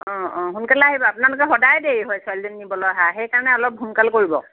অঁ অঁ সোনকালে আহিব আপোনালোকৰ সদায় দেৰি হয় ছোৱালীজনী নিবলৈ অহা সেইকাৰণে অলপ সোনকাল কৰিব